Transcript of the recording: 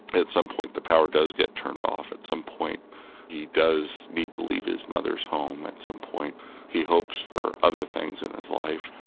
at some point the power does get turned off, at some point he does need to leave his mother's home, at some point he hopes for other things in his life,